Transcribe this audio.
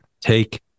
take